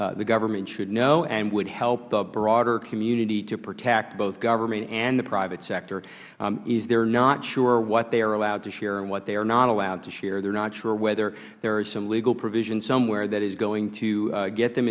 believe the government should know and would help the broader community to protect both government and the private sector is there they are not sure what they are allowed to share and what they are not allowed to share they are not sure whether there is some legal provision somewhere that is going to get them